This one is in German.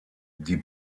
die